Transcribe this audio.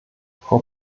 frau